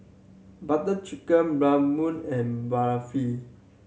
Butter Chicken Bratwurst and Balafel